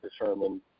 determine